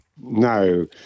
No